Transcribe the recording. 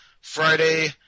Friday